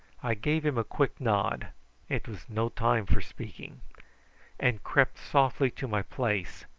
i gave him a quick nod it was no time for speaking and crept softly to my place,